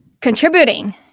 contributing